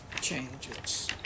changes